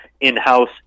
in-house